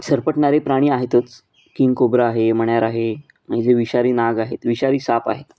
सरपटणारे प्राणी आहेतच किंग कोब्रा आहे मण्यार आहे म्हणजे विषारी नाग आहेत विषारी साप आहेत